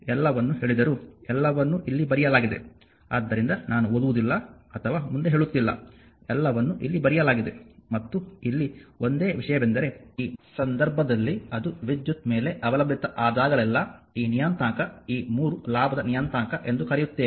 ಆದ್ದರಿಂದ ನಾನು ಓದುವುದಿಲ್ಲ ಅಥವಾ ಮುಂದೆ ಹೇಳುತ್ತಿಲ್ಲ ಎಲ್ಲವನ್ನೂ ಇಲ್ಲಿ ಬರೆಯಲಾಗಿದೆ ಮತ್ತು ಇಲ್ಲಿ ಒಂದೇ ವಿಷಯವೆಂದರೆ ಈ ಸಂದರ್ಭದಲ್ಲಿ ಅದು ವಿದ್ಯುತ್ ಮೇಲೆ ಅವಲಂಬಿತ ಆದಾಗಲೆಲ್ಲಾ ಈ ನಿಯತಾಂಕ ಈ 3 ಲಾಭದ ನಿಯತಾಂಕ ಎಂದು ಕರೆಯುತ್ತೇವೆ